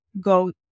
go